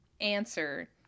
answer